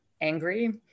angry